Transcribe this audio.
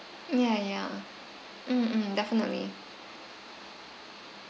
ya ya mm mm definitely